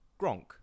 Gronk